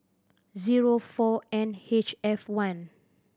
zero four N H F one